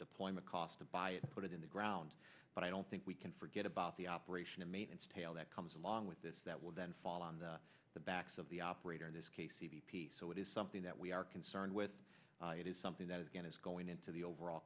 deployment cost to buy it put it in the ground but i don't think we can forget about the operation and maintenance tail that comes along with this that will then fall on the backs of the operator in this case c b p so it is something that we are concerned with it is something that again is going into the overall